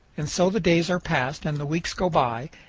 and so the days are passed and the weeks go by,